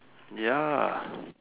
ya